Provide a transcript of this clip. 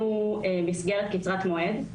אנחנו מסגרת קצרת מועד,